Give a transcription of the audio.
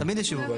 תמיד יש שיבוב.